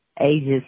ages